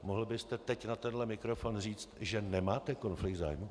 Mohl byste teď na tenhle mikrofon říct, že nemáte konflikt zájmů?